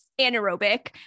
anaerobic